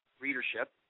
readership